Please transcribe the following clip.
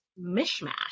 mishmash